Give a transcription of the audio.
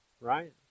right